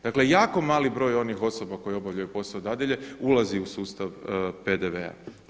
Dakle, jako mali broj onih osoba koje obavljaju posao dadilje ulazi u sustav PDV-a.